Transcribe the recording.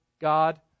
God